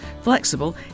flexible